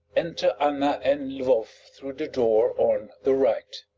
enter anna and lvoff through the door on the right.